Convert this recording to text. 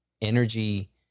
energy